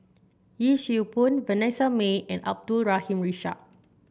Yee Siew Pun Vanessa Mae and Abdul Rahim Ishak